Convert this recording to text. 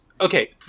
Okay